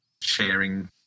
sharing